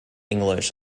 english